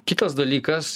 kitas dalykas